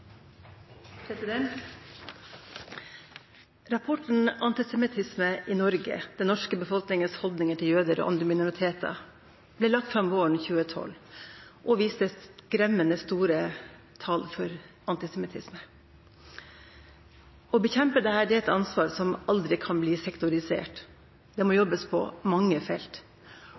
oppfølgingsspørsmål. Rapporten «Antisemittisme i Norge? Den norske befolkningens holdninger til jøder og andre minoriteter» ble lagt fram våren 2012 og viser skremmende høye tall for antisemittisme. Å bekjempe dette er et ansvar som aldri kan bli sektorisert – det må